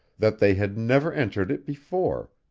that they had never entered it before,